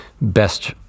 best